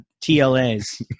TLAs